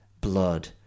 blood